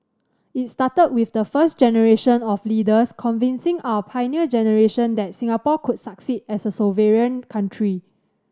it started with the first generation of leaders convincing our Pioneer Generation that Singapore could succeed as a sovereign country